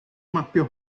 mapio